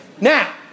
Now